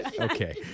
Okay